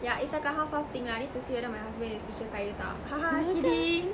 yeah it's like a half half thing lah need to see whether my husband in the future kaya tak kidding